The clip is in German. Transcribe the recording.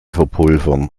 verpulvern